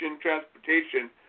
transportation